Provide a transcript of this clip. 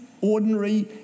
ordinary